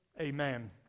Amen